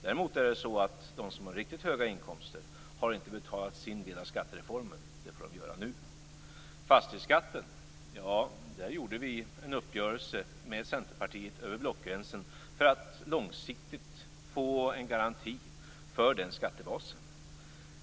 Däremot är det så att de som har riktigt höga inkomster inte har betalat sin del av skattereformen, och det får de göra nu. I fråga om fastighetsskatten gjorde vi en uppgörelse med Centerpartiet över blockgränsen, för att långsiktigt få en garanti för den skattebasen.